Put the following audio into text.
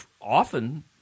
often